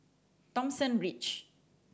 Thomson Ridge